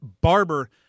Barber